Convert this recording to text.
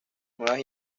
nuevas